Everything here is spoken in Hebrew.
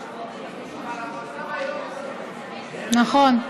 גם היום, נכון.